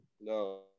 No